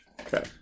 okay